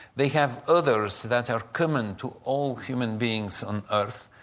they have others that are common to all human beings on earth,